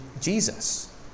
Jesus